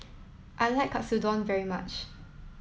I like Katsudon very much